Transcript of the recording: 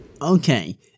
Okay